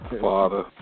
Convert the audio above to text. Father